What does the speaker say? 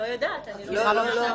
לא, לא.